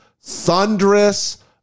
thunderous